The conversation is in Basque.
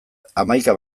hamaika